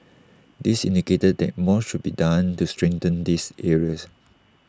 this indicated that more should be done to strengthen these areas